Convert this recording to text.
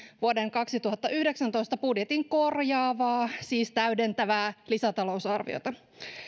vuoden kaksituhattayhdeksäntoista budjetin korjaavaa siis täydentävää lisätalousarviota